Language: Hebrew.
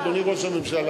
אדוני ראש הממשלה?